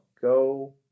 Go